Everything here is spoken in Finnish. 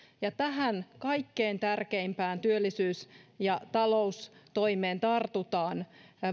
ja tähän kaikkein tärkeimpään työllisyys ja taloustoimeen tartutaan